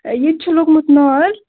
ہَے ییٚتہِ چھُ لوٚگمُت نار